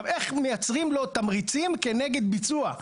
איך מייצרים לו תמריצים כנגד ביצוע?